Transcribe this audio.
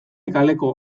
kaleko